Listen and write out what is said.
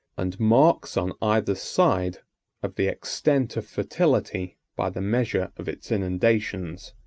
and marks on either side of the extent of fertility by the measure of its inundations.